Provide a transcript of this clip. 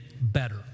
better